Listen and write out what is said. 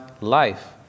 life